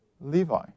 Levi